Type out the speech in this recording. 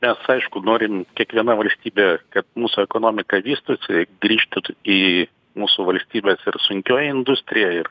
mes aišku norim kiekviena valstybė kad mūsų ekonomika vystosi grįžtų į mūsų valstybės ir sunkioji industrija ir